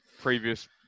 previous